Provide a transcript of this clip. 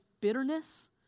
bitterness